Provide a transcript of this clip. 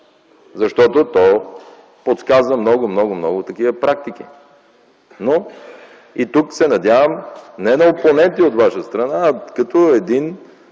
защото то подсказва много, много такива практики. И тук се надявам не на опоненти от ваша страна, а да бъде